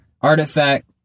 artifact